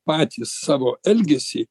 patys savo elgesį